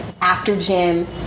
after-gym